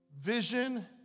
Vision